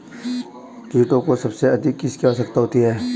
कीटों को सबसे अधिक किसकी आवश्यकता होती है?